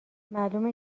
معلومه